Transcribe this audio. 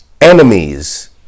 Enemies